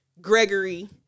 Gregory